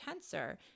tensor